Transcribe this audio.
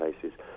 cases